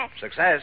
Success